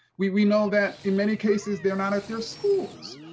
we we know that in many cases, they're not at their schools.